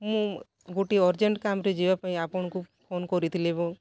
ମୁଁ ଗୋଟିଏ ଅର୍ଜେଣ୍ଟ୍ କାମରେ ଯିବାପାଇଁ ଆପଣଙ୍କୁ ଫୋନ୍ କରିଥିଲି ଏବଂ